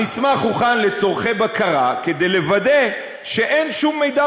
המסמך הוכן לצורכי בקרה כדי לוודא שאין שום מידע